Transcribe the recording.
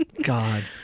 God